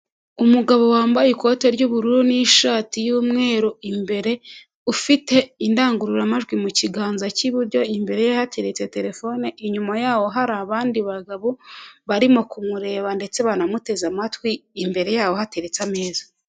Umugabo wambaye ikote ry'ubururu n'ishati y'umweru imbere, ufite indangururamajwi mu kiganza cy'iburyo, imbere ye hateretse terefone, inyuma yaho hari abandi bagabo, barimo kumureba ndetse banamuteze amatwi, imbere yabo hateretse ameza.